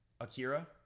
Akira